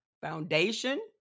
foundation